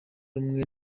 rumwe